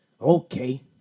Okay